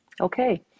Okay